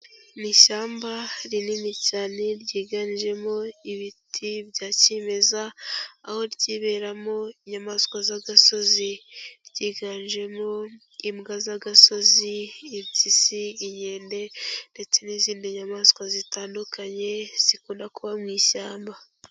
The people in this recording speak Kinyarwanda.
Ni ishyamba rinini cyane ryiganjemo ibiti bya kimeza, aho ryiberamo inyamaswa z'agasozi. Ryiganjemo imbwa z'agasozi, impyisi, inkende ndetse n'izindi nyamaswa zitandukanye zikunda kuba mu ishyamba.